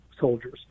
soldiers